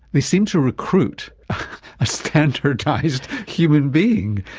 they seem to recruit a standardised human being.